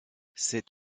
cet